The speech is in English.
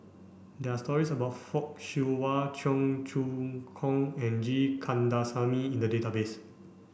there are stories about Fock Siew Wah Cheong Choong Kong and G Kandasamy in the database